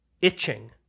itching